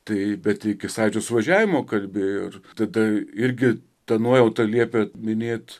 tai bet iki sąjūdžio suvažiavimo kalbėjo ir tada irgi ta nuojauta liepė minėt